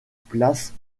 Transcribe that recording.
places